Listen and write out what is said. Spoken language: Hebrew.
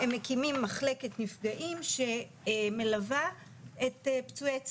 הם מקימים מחלקת נפגעים שמלווה את פצועי צה"ל,